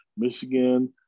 Michigan